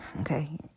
Okay